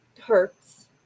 hurts